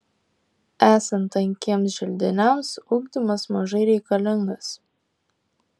esant tankiems želdiniams ugdymas mažai reikalingas